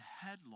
headlong